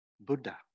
Buddha